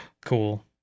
cool